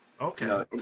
Okay